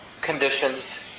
conditions